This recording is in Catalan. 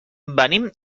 venim